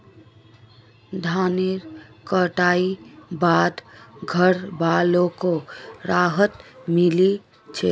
धानेर कटाई बाद घरवालोक राहत मिली छे